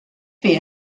fer